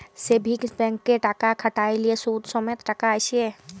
savings ব্যাংকে টাকা খ্যাট্যাইলে সুদ সমেত টাকা আইসে